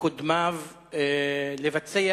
קודמיו לבצע